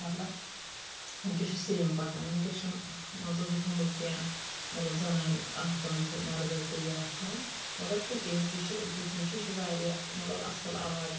مطلب وُنکٮ۪س چھِ سیٚم پکان وُنکٮ۪س چھِنہٕ مان ژٕ ہُو تھوٚومُت کیٚنٛہہ مطلب زنانہِ اَکھ کٲم تہٕ مردس گٔیہِ بیٛاکھ کٲم مگر کُکِنٛگ تہِ چھِ کُکِنٛگ چھ یہِ چھِ واریاہ مطلب اَصٕل آرٹ